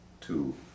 two